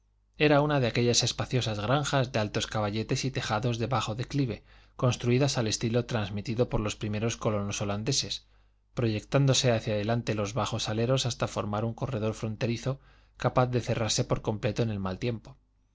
era una de aquellas espaciosas granjas de altos caballetes y tejados de bajo declive construídas al estilo transmitido por los primeros colonos holandeses proyectándose hacia adelante los bajos aleros hasta formar un corredor fronterizo capaz de cerrarse por completo en el mal tiempo